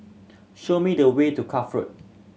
show me the way to Cuff Road